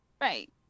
Right